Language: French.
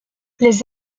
les